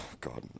God